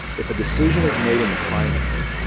if a decision is made in the primary,